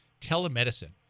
telemedicine